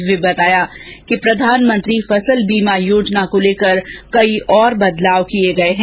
उन्होंने कहा कि प्रधानमंत्री फसल बीमा योजना को लेकर और कई बदलाव किए गए हैं